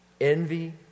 envy